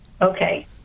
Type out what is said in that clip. Okay